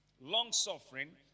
long-suffering